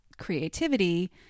creativity